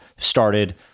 started